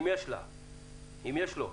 אם יש לו בכלל,